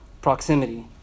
proximity